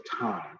time